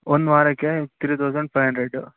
ಒಂದು ವಾರಕ್ಕೆ three thousand five hundred